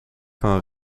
van